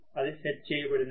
అది సెట్ చేయబడినది